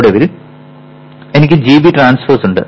ഒടുവിൽ എനിക്ക് gB transpose ഉണ്ട്